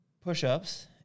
push-ups